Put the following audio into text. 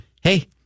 hey